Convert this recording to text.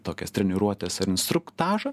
tokias treniruotes ar instruktažą